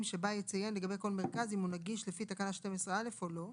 שבה יציין לגבי כל מרכז אם הוא נגיש לפי תקנה 12א או לא.